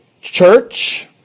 Church